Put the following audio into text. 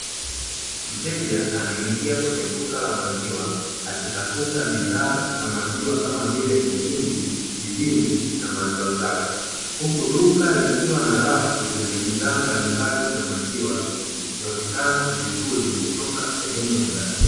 Mteja anaingia kwenye duka la maziwa akitafuta bidhaa za maziwa kama vile: mtindi, jibini na maziwa safi. Huku duka likiwa na rafu zenye bidhaa mbalimbali za maziwa, zikionekana vizuri kutoka sehemu ya ndani.